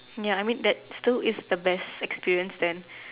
ya I mean that still is the best experience then